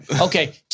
Okay